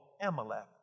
Amalek